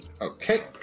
Okay